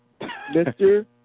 Mr